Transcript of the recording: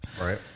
Right